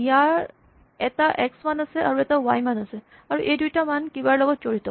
ইয়াৰ এটা এক্স মান আছে আৰু এটা ৱাই মান আছে আৰু এই দুয়োটা মান কিবাৰ লগত জড়িত